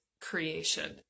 creation